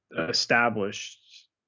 established